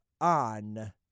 on